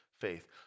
faith